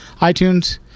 iTunes